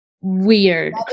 weird